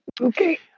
Okay